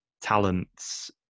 talents